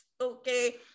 okay